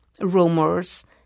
rumors